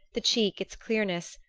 the cheek its clearness,